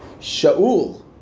Shaul